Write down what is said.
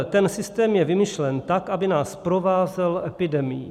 Ten systém je vymyšlen tak, aby nás provázel epidemií.